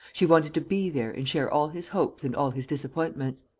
she wanted to be there and share all his hopes and all his disappointments.